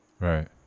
Right